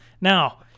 Now